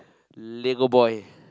Lego boy